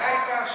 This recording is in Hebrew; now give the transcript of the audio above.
זו הייתה השאלה.